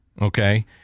okay